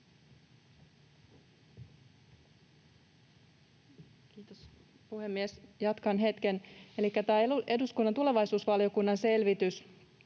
Kiitos, puhemies! Jatkan hetken. Elikkä tämä eduskunnan tulevaisuusvaliokunnan selvitys